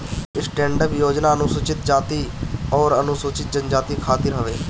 stand up योजना अनुसूचित जाती अउरी अनुसूचित जनजाति खातिर हवे